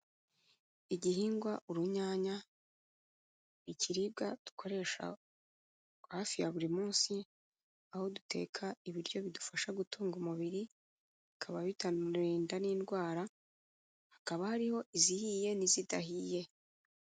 Igihingwa urunyanya, ni ikiribwa dukoresha hafi ya buri munsi, aho duteka ibiryo bidufasha gutunga umubiri, bikaba binaturinda n'indwara, hakaba hariho izihiye n'izidahiye.